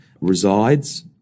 resides